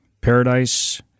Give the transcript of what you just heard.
Paradise